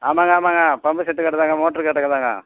ஆமாங்க ஆமாங்க pump set கடை தாங்க மோட்ரு கடை தாங்க